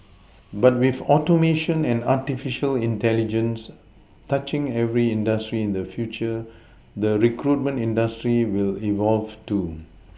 but with Automation and artificial intelligence touching every industry in the future the recruitment industry will evolve too